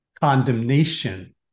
condemnation